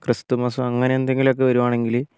Christmas അങ്ങനെ എന്തെങ്കിലും ഒക്കെ വരുവാണെങ്കിൽ